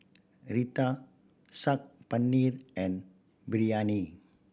Raita Saag Paneer and Biryani